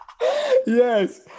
Yes